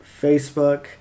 Facebook